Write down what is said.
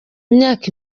imyaka